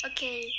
Okay